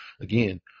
Again